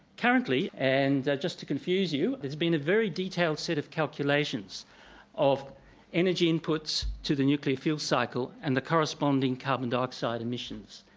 currently and just to confuse you there's been a very detailed set of calculations of energy inputs to the nuclear fuel cycle and the corresponding carbon dioxide emissions.